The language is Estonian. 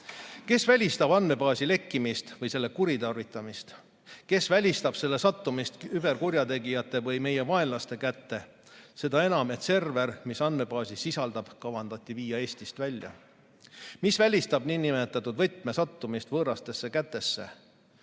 Kes välistab andmebaasi lekkimise või selle kuritarvitamise? Kes välistab selle sattumise küberkurjategijate või meie vaenlaste kätte? Seda enam, et server, mis andmebaasi sisaldab, kavandati viia Eestist välja. Mis välistab nn võtme sattumise võõrastesse kätesse?